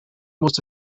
most